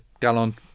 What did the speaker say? Gallon